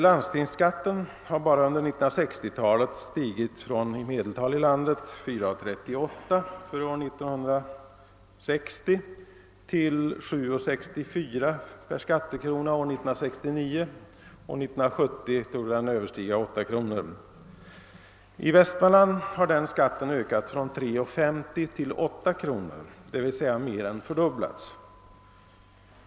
Landstingsskatten har bara under 1960-talet stigit från i medeltal i landet 4:38 kr. för år 1960 till 7:64 kr. per skattekrona år 1969 och 1970 torde den överstiga 8 kr. I Västmanland har den skatten ökat från 3:50 till 8:00 kr. d. v. s. mer än fördubblats.